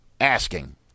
asking